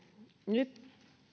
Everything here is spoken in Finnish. nyt